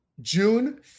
June